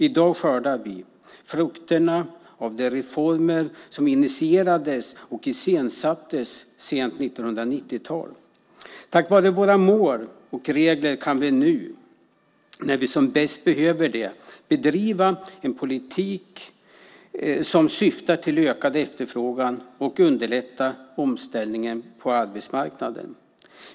I dag skördar vi frukterna av de reformer som initierades och iscensattes under det sena 90-talet. Tack vare våra mål och regler kan vi nu när vi som bäst behöver det bedriva en politik som syftar till att öka efterfrågan och underlätta omställningen på arbetsmarknaden.